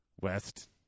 West